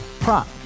Prop